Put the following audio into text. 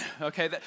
Okay